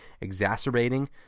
exacerbating